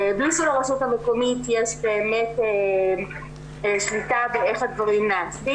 בלי שלרשות המקומית יש באמת שליטה באיך הדברים נעשים